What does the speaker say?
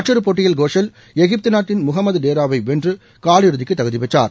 மற்றொரு போட்டியில் கோஷல் எகிப்து நாட்டின் முகமது ரேடாவை வென்று காலிறுதிக்கு தகுதி பெற்றார்